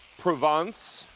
provence,